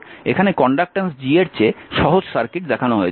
এখানে conductance G এর চেয়ে সহজ সার্কিট দেখানো হয়েছে